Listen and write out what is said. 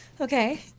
Okay